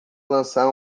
lançar